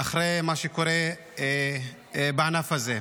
אחרי מה שקורה בענף הזה.